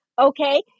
okay